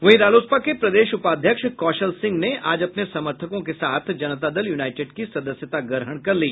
वहीं रालोसपा के प्रदेश उपाध्यक्ष कौशल सिंह ने आज अपने समर्थकों के साथ जनता दल यूनाईटेड की सदस्यता ग्रहण कर ली